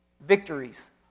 Victories